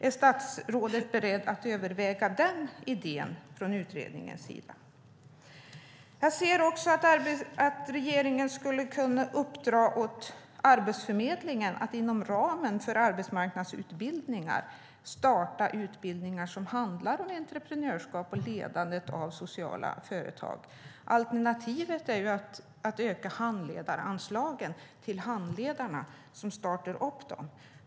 Är statsrådet beredd att överväga den idén? Jag ser också att regeringen skulle kunna uppdra åt Arbetsförmedlingen att inom ramen för arbetsmarknadsutbildningar starta utbildningar om entreprenörskap och ledande av sociala företag. Alternativet är att öka anslagen till handledarna som startar upp dem.